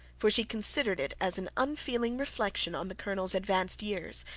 for she considered it as an unfeeling reflection on the colonel's advanced years,